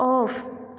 off